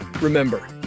Remember